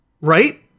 Right